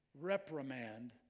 reprimand